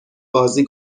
بازی